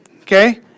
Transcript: Okay